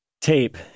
tape